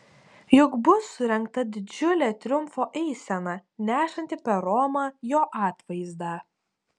juk bus surengta didžiulė triumfo eisena nešanti per romą jo atvaizdą